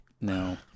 No